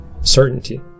certainty